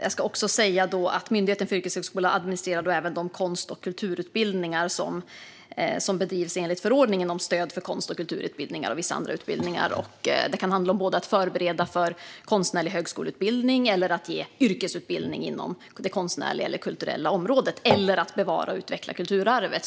Jag ska också säga att Myndigheten för yrkeshögskolan även administrerar de konst och kulturutbildningar som bedrivs enligt förordningen om stöd för konst och kulturutbildningar och vissa andra utbildningar. Det kan handla om att förbereda för konstnärlig högskoleutbildning, att ge yrkesutbildning inom det konstnärliga eller kulturella området eller att bevara och utveckla kulturarvet.